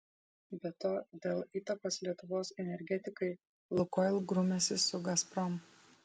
be to dėl įtakos lietuvos energetikai lukoil grumiasi su gazprom